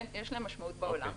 יש להם משמעות בעולם.